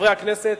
חברי הכנסת,